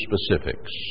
specifics